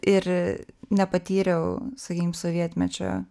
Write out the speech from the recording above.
ir nepatyriau sakykim sovietmečio